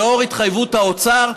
לאור התחייבות האוצר,